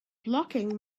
blocking